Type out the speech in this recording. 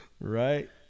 Right